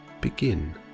begin